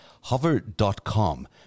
hover.com